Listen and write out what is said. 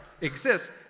exists